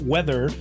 Weather